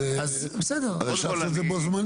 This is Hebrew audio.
אז אפשר לעשות את זה בו-זמנית.